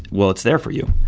well, it's there for you.